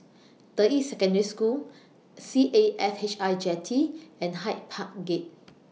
Deyi Secondary School C A F H I Jetty and Hyde Park Gate